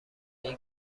این